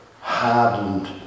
hardened